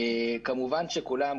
כמובן שכולם,